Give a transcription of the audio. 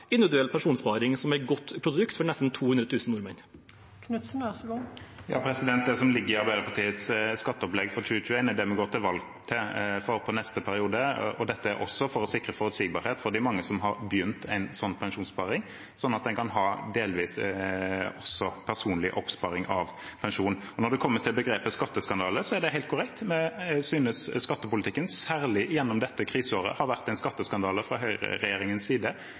individuell pensjonssparing som et godt produkt for nesten 200 000 nordmenn? Det som ligger i Arbeiderpartiets skatteopplegg for 2021, er det vi går til valg på for neste periode. Dette er også for å sikre forutsigbarhet for de mange som har begynt en sånn pensjonssparing, sånn at en også kan ha delvis personlig oppsparing av pensjon. Når det kommer til begrepet «skatteskandale», er det helt korrekt. Vi synes skattepolitikken, særlig gjennom dette kriseåret, har vært en skatteskandale fra høyreregjeringens side.